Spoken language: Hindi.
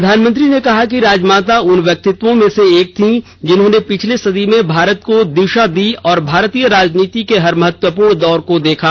प्रधानमंत्री ने कहा कि राजमाता उन व्यक्तित्वों में से एक थीं जिन्होंने पिछली सदी में भारत को दिशा दी और भारतीय राजनीति के हर महत्वपूर्ण दौर को देखा